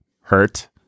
hurt